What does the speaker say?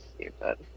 Stupid